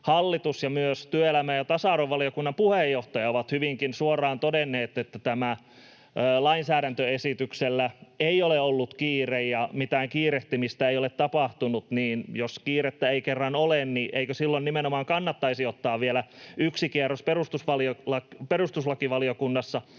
hallitus ja myös työelämä- ja tasa-arvovaliokunnan puheenjohtaja ovat hyvinkin suoraan todenneet, että tällä lainsäädäntöesityksellä ei ole ollut kiire ja mitään kiirehtimistä ei ole tapahtunut, niin jos kiirettä ei kerran ole, niin eikö silloin nimenomaan kannattaisi ottaa vielä yksi kierros perustuslakivaliokunnassa,